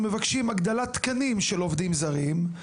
מבקשים הגדלת תקנים של עובדים זרים.